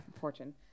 fortune